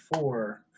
four –